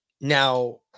Now